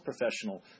professional